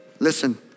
Listen